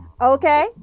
okay